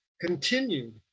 continued